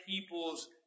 peoples